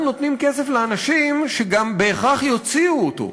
אנחנו נותנים כסף לאנשים שגם בהכרח יוציאו אותו.